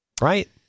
right